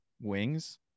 wings